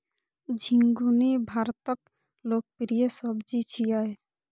झिंगुनी भारतक लोकप्रिय सब्जी छियै